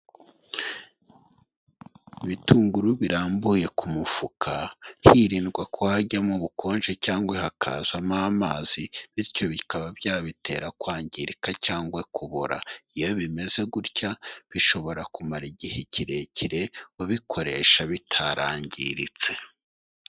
Ibitunguru birambuye ku mufuka. Hirindwa kuha hajyamo ubukonje cyangwa hakazamo amazi, bityo bikaba byabitera kwangirika cyangwa kubora. Iyo bimeze gutya, bishobora kumara igihe kirekire, ubikoresha bitarangiritse.